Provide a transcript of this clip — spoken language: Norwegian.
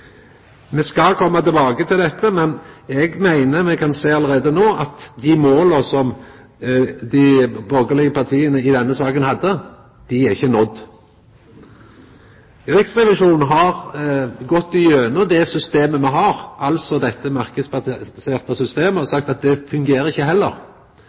Me skal koma tilbake til dette, men eg meiner me kan sjå allereie no at dei måla som dei borgarlege partia i denne saka hadde, ikkje er nådd. Riksrevisjonen har gått gjennom det systemet me har, altså dette marknadsbaserte systemet, og sagt at det fungerer heller ikkje.